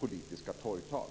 politiska torgtal.